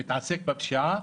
שמתעסק בפשיעה,